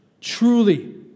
truly